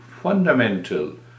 fundamental